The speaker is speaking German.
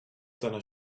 deiner